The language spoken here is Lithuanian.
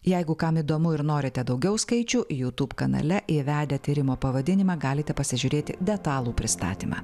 jeigu kam įdomu ir norite daugiau skaičių jutub kanale įvedę tyrimo pavadinimą galite pasižiūrėti detalų pristatymą